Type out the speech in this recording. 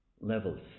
levels